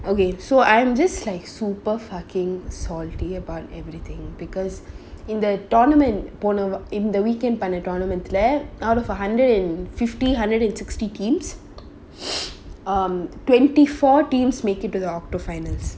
okay so I'm just like super fucking salty about everything because in the tournament போன:pona in the weekend பண்ண:panna tournament lah out of a hundred and fifty hundred and sixty teams um twenty four teams make it to the octo finals